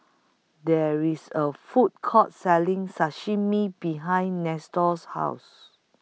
There IS A Food Court Selling Sashimi behind Nestor's House